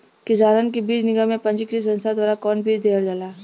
किसानन के बीज निगम या पंजीकृत संस्था द्वारा कवन बीज देहल जाला?